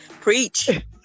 preach